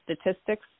statistics